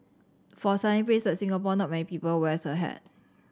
for a sunny place Singapore not many people wears a hat